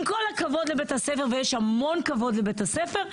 עם כל הכבוד לבית הספר, ויש המון כבוד לבית הספר,